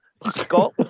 Scott